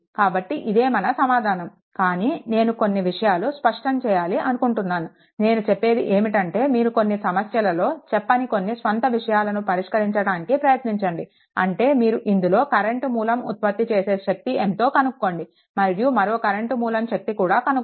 కాబట్టి ఇదే మన సమాధానం కానీ నేను కొన్ని విషయాలు స్పష్టం చేయాలి అనుకుంటున్నాను నేను చెప్పేది ఏమిటంటే మీరు కొన్ని సమస్యలో చెప్పని కొన్ని స్వంత విషయాలను పరిష్కరించడానికి ప్రయత్నించండి అంటే మీరు ఇందులో కరెంట్ మూలం ఉత్పత్తి చేసే శక్తి ఎంతో కనుక్కోండి మరియు మరో కరెంట్ మూలం శక్తి కూడా కనుక్కోండి